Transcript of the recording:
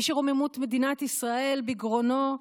מי שרוממות מדינת ישראל בגרונו,